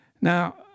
Now